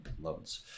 loans